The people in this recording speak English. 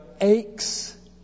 aches